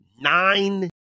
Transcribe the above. Nine